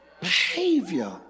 behavior